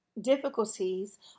difficulties